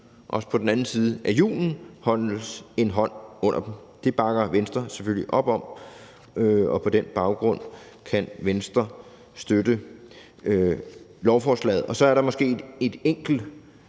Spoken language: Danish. også på den anden side af julen holdes en hånd under dem. Det bakker Venstre selvfølgelig op om, og på den baggrund kan Venstre støtte lovforslaget. Så er der måske et enkelt